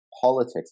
politics